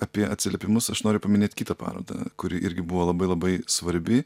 apie atsiliepimus aš noriu paminėt kitą parodą kuri irgi buvo labai labai svarbi